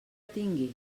tingui